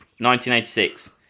1986